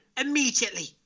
immediately